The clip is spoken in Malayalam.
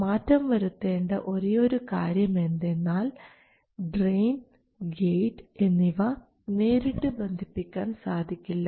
മാറ്റം വരുത്തേണ്ട ഒരേയൊരു കാര്യം എന്തെന്നാൽ ഡ്രയിൻ ഗേറ്റ് എന്നിവ നേരിട്ട് ബന്ധിപ്പിക്കാൻ സാധിക്കില്ല